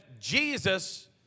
Jesus